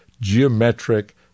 geometric